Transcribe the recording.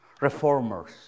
reformers